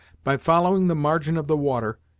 by following the margin of the water,